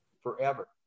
forever